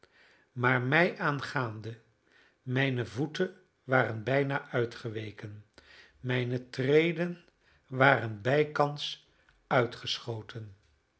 maar mij aangaande mijne voeten waren bijna uitgeweken mijne treden waren bijkans uitgeschoten